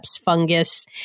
fungus